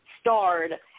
starred